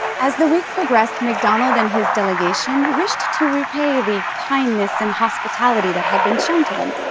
as the week progressed macdonald and his delegation wished to repay the kindness and hospitality that had been shown to them.